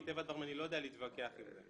מטבע הדברים אני לא יודע להתווכח עם זה.